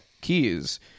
Keys